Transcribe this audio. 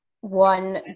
One